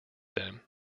then